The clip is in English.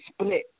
split